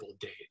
date